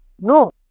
No